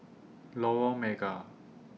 Lorong Mega